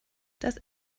das